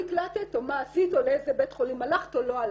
נקלטת או מה עשית או לאיזה בית חולים הלכת או לא הלכת,